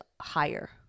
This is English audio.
higher